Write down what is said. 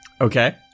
Okay